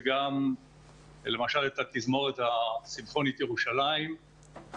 וגם למשל את התזמורת הסימפונית ירושלים,